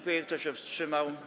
Kto się wstrzymał?